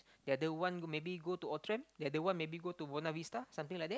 the other one maybe go to Outram the other one maybe go to Buona-Vista something like that